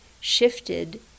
shifted